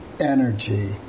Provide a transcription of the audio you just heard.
energy